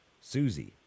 Susie